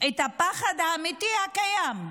את הפחד האמיתי הקיים,